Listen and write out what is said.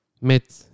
met